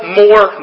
more